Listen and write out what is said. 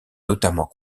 notamment